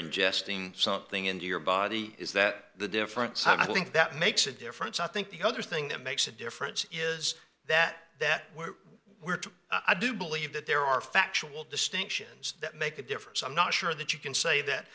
ingesting something in your body is that the difference i think that makes a difference i think the other thing that makes a difference is that that were true i do believe that there are factual distinctions that make a difference i'm not sure that you can say that